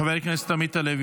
חבר הכנסת עמית הלוי,